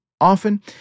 Often